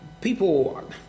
people